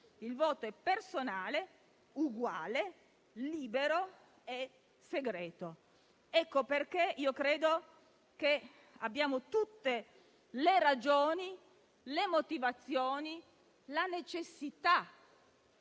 «Il voto è personale ed uguale, libero e segreto». Credo pertanto che abbiamo tutte le ragioni, le motivazioni e la necessità